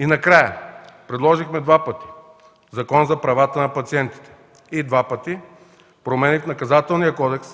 два пъти предложихме закон за правата на пациентите и два пъти промени в Наказателния кодекс